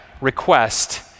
request